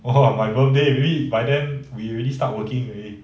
!wah! my birthday really by then we already start working already